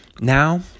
Now